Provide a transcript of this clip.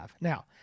Now